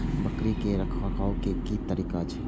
बकरी के रखरखाव के कि तरीका छै?